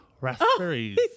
Raspberries